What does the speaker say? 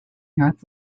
north